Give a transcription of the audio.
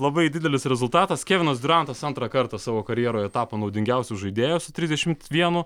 labai didelis rezultatas kevinas diurantas antrą kartą savo karjeroje tapo naudingiausiu žaidėju su trisdešimt vienu